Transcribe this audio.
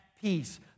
peace